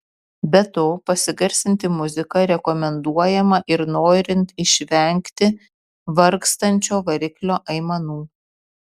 be to pasigarsinti muziką rekomenduojama ir norint išvengti vargstančio variklio aimanų